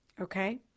Okay